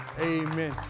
Amen